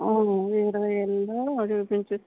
ఆ ఇరవై వేలల్లో చూపించు